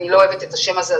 אני לא אוהבת את השם הזה,